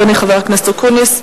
אדוני חבר הכנסת אופיר אקוניס,